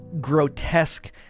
grotesque